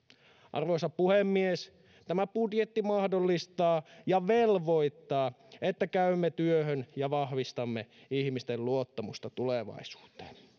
arvoisa puhemies tämä budjetti mahdollistaa ja velvoittaa että käymme työhön ja vahvistamme ihmisten luottamusta tulevaisuuteen